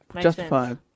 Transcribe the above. Justified